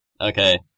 Okay